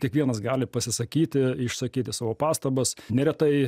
kiekvienas gali pasisakyti išsakyti savo pastabas neretai